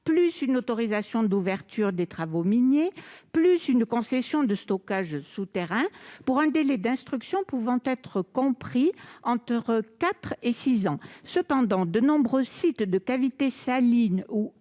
une autorisation d'ouverture des travaux miniers une concession de stockage souterrain, pour un délai d'instruction pouvant être compris entre quatre et six ans. Néanmoins, de nombreux sites de cavités salines ou